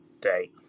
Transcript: day